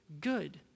good